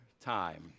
time